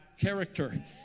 character